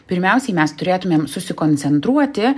pirmiausiai mes turėtumėm susikoncentruoti